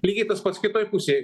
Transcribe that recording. lygiai tas pats kitoj pusėj